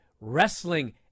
wrestling